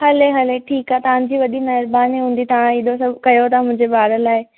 हले हले ठीकु आहे तव्हांजी वॾी महिरबानी हूंदी तव्हां हेॾो सभु कयो था मुंहिंजे ॿारनि लाइ